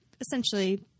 essentially